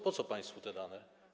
Po co państwu te dane?